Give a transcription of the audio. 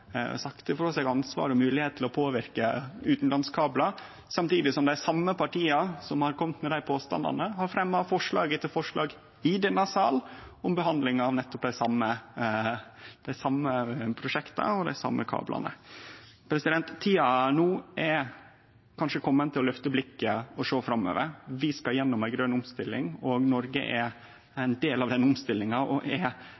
påverke utanlandskablar, samtidig som dei same partia som har kome med dei påstandane, har fremja forslag etter forslag i denne sal om behandling av nettopp dei same prosjekta og dei same kablane. Tida er kanskje komen no til å løfte blikket og sjå framover. Vi skal gjennom ei grøn omstilling. Noreg er